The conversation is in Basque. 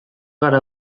gara